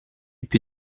più